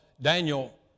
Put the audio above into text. Daniel